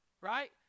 right